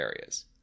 areas